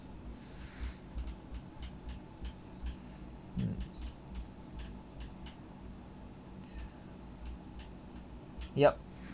mm yup